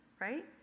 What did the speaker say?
right